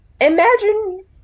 Imagine